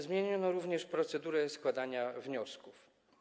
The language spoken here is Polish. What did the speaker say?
Zmieniono również procedurę składania wniosków.